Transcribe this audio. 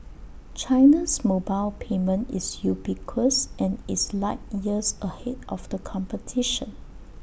China's mobile payment is ubiquitous and is light years ahead of the competition